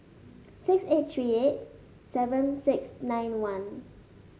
six eight three eight seven six nine one